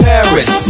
Paris